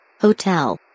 Hotel